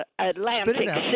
Atlantic